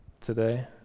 today